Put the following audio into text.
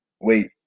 Wait